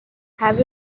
have